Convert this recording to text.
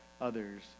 others